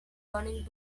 learning